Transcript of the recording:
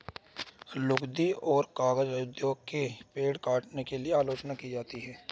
लुगदी और कागज उद्योग की पेड़ काटने के लिए आलोचना की जाती है